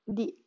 di